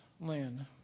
land